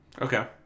Okay